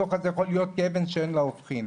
הדו"ח הזה יכול להיות כאבן שאין לה הופכין.